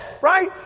Right